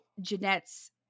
Jeanette's